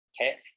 Okay